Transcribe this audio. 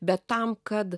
bet tam kad